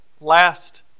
last